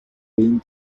bean